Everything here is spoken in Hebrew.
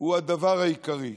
הוא הדבר העיקרי.